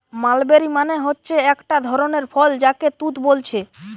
mulberry মানে হচ্ছে একটা ধরণের ফল যাকে তুত বোলছে